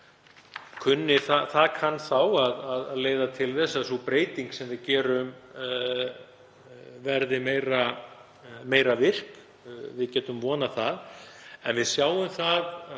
Það kann þá að leiða til þess að sú breyting sem við gerum verði virkari. Við getum vonað það. En við sjáum það